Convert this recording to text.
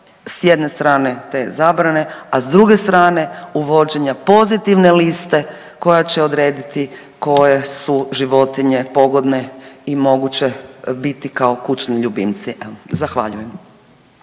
s jedne strane te zabrane, a s druge strane uvođenja pozitivne liste koja će odrediti koje su životinje pogodne i moguće biti kao kućni ljubimci. Evo, zahvaljujem.